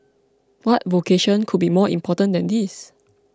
what vocation could be more important than this